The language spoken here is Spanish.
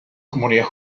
comunidad